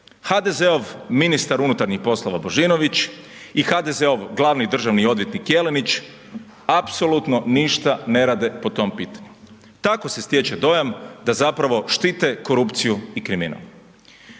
HDZ-ov ministar unutarnjih poslova, Božinović i HDZ-ov glavni državni odvjetnik Jelenić apsolutno ništa ne rade po tom pitanju. Tako se stječe dojam da zapravo štite korupciju i kriminal.